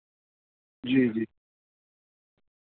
جی جی